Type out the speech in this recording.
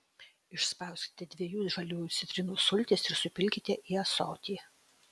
išspauskite dviejų žaliųjų citrinų sultis ir supilkite į ąsotį